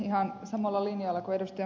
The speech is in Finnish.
ihan samalla linjalla kuin ed